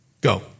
Go